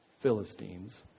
Philistines